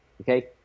Okay